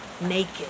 naked